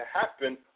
happen